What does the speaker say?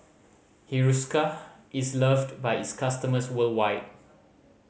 Hiruscar is loved by its customers worldwide